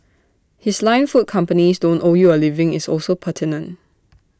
his line food companies don't owe you A living is also pertinent